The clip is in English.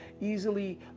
easily